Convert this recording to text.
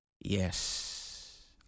yes